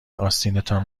آستینتان